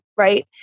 Right